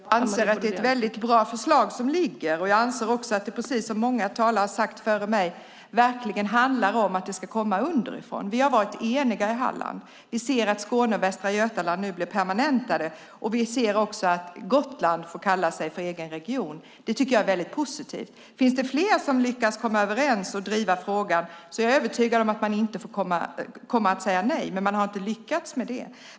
Fru talman! Jag anser att det är ett väldigt bra förslag som föreligger, och jag anser också att det precis som många talare sagt före mig verkligen handlar om att det ska komma underifrån. Vi har varit eniga i Halland. Vi ser att Skåne och Västra Götaland nu blir permanentade, och vi ser också att Gotland får kalla sig egen region. Det tycker jag är positivt. Finns det fler som lyckas komma överens och driva frågan är jag övertygad om att man inte kommer att säga nej, men man har inte lyckats med det.